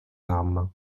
armes